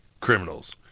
criminals